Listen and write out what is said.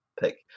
pick